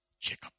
Jacob